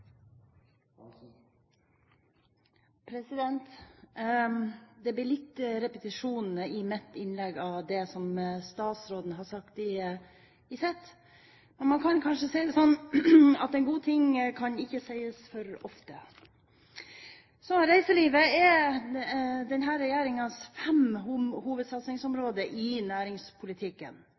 drift. Det blir litt repetisjon i mitt innlegg av det statsråden har sagt i sitt, men man kan kanskje si det sånn at en god ting ikke kan sies for ofte. Reiselivet er en av denne regjeringens fem hovedsatsingsområder i næringspolitikken.